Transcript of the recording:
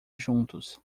juntos